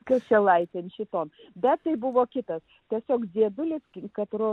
ūkiuose laikėme šitoms bet tai buvo kitas tiesiog diedu netgi katro